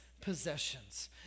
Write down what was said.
possessions